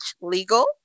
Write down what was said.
Legal